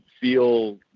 feel